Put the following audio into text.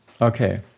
Okay